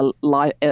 life